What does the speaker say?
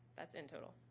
that's in total.